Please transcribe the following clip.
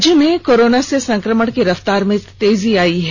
राज्य में कोरोना से संक्रमण की रफ्तार में तेजी आई है